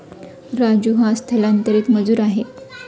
राजू हा स्थलांतरित मजूर आहे